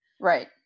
Right